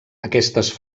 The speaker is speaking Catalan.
aquestes